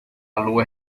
lua